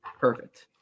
Perfect